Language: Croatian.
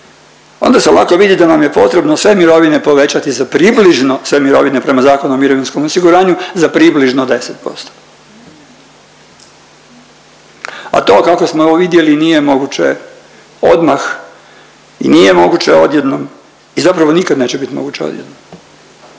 onda se lako vidi da nam je potrebno sve mirovine povećati za približno sve mirovine prema Zakonu o mirovinskom osiguranju, za približno 10%. A to kako smo evo vidjeli nije moguće odmah i nije moguće odjednom i zapravo nikad neće bit moguće odjednom.